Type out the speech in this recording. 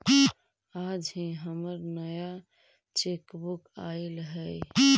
आज ही हमर नया चेकबुक आइल हई